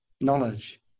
knowledge